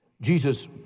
Jesus